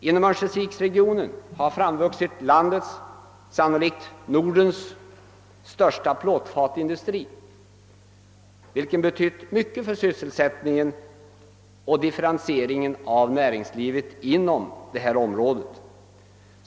Inom =: örnsköldsviksregionen = har framvuxit landets, sannolikt Nordens, största plåtfatindustri, vilken betytt mycket för sysselsättningen och differentieringen av näringslivet inom detta område.